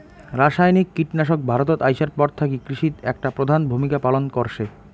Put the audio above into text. রাসায়নিক কীটনাশক ভারতত আইসার পর থাকি কৃষিত একটা প্রধান ভূমিকা পালন করসে